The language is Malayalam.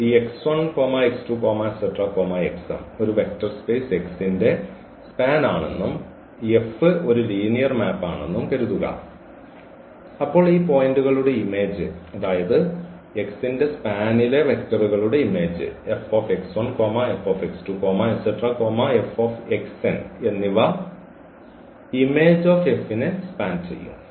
ഈ ഒരു വെക്റ്റർ സ്പേസ് X ന്റെ സ്പാൻ ആണെന്നും ഈ F ഒരു ലീനിയർ മാപ്പ് ആണെന്നും കരുതുക അപ്പോൾ ഈ പോയിന്റുകളുടെ ഇമേജ് അതായത് X ന്റെ സ്പാനിലെ വെക്ടറുകളുടെ ഇമേജ് എന്നിവ ഇമേജ് ഓഫ് F നെ സ്പാൻ ചെയ്യും